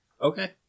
Okay